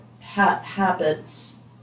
habits